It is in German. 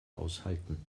aushalten